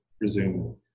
resume